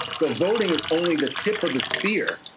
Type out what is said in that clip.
so, voting is only the tip of the spear.